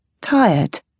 tired